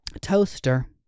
toaster